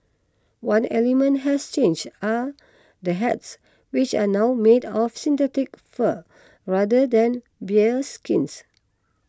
one element has changed are the hats which are now made of synthetic fur rather than bearskins